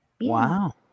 Wow